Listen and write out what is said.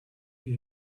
the